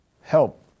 help